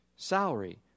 salary